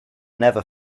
never